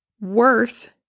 Worth